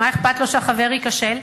מה אכפת לו שהחבר ייכשל?